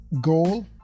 goal